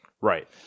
Right